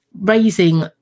raising